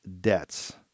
debts